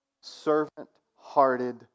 servant-hearted